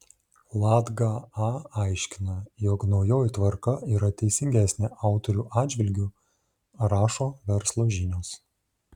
latga a aiškina jog naujoji tvarka yra teisingesnė autorių atžvilgiu rašo verslo žinios